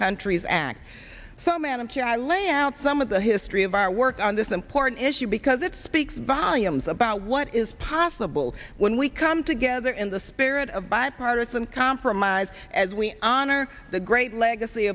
countries act so manicure i lay out out some of the history of our work on this important issue because it speaks volumes about what is possible when we come together in the spirit of bipartisan compromise as we honor the great legacy